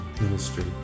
ministry